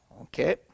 Okay